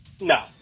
No